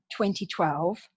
2012